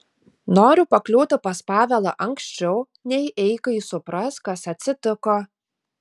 noriu pakliūti pas pavelą anksčiau nei eikai supras kas atsitiko